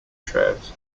trout